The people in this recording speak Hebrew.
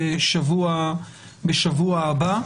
בשבוע הבא.